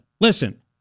Listen